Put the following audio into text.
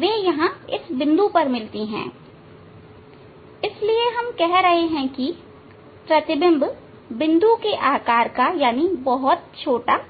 वे यहां इस बिंदु पर मिलती हैं इसलिए हम कह रहे हैं कि प्रतिबिंब बिंदु के आकार का होगा बहुत छोटे आकार का